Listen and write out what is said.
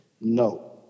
No